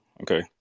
Okay